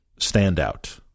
standout